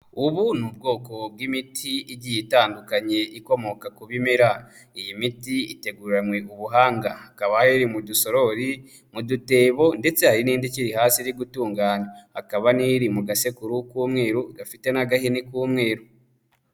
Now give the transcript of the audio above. Ubu ni ubwoko bw'imiti igiye itandukanye ikomoka ku bimera, iyi miti iteguranywe ubuhanga, hakaba hari iri mu dusorori, mu dutebo, ndetse hari n'indi ikiri hasi iri gutunganywa, hakaba n'iri mu gasekuru k'umweruru gafite n'agahini k'umweru.